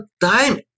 time